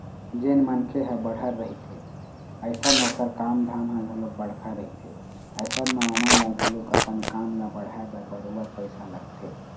जेन मनखे ह बड़हर रहिथे अइसन ओखर काम धाम ह घलोक बड़का रहिथे अइसन म ओमन ल घलोक अपन काम ल बढ़ाय बर बरोबर पइसा लगथे